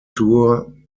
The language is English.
tour